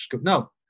No